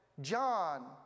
John